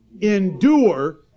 endure